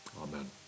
Amen